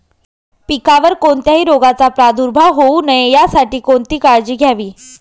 पिकावर कोणत्याही रोगाचा प्रादुर्भाव होऊ नये यासाठी कोणती काळजी घ्यावी?